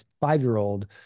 five-year-old